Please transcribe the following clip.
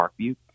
Parkview